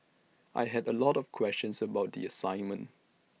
I had A lot of questions about the assignment